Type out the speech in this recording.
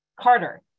Carter